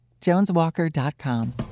JonesWalker.com